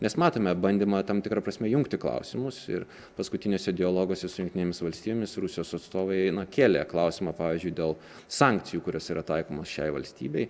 nes matome bandymą tam tikra prasme jungti klausimus ir paskutiniuos dialoguose su jungtinėmis valstijomis rusijos atstovai na kėlė klausimą pavyzdžiui dėl sankcijų kurios yra taikomos šiai valstybei